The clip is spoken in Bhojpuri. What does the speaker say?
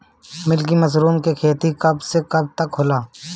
मिल्की मशरुम के खेती कब से कब तक होला?